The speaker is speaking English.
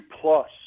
plus